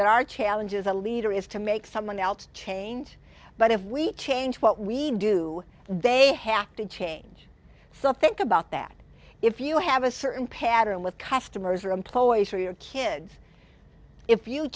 that our challenges a leader is to make someone else change but if we change what we do they have to change so think about that if you have a certain pattern with customers or employees for your kids if you